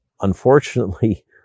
unfortunately